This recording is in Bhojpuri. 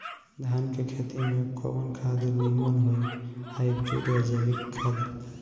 धान के खेती में कवन खाद नीमन होई हाइब्रिड या जैविक खाद?